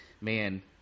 Man